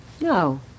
No